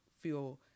feel